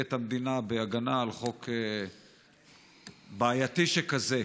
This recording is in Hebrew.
את המדינה בהגנה על חוק בעייתי שכזה.